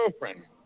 girlfriend